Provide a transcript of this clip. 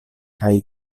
kaj